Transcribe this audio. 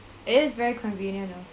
it is very convenient also